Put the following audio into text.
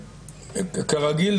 כרגיל,